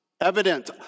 Evident